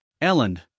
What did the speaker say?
Ellen